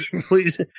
Please